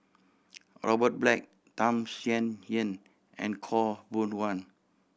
Robert Black Tham Sien Yen and Khaw Boon Wan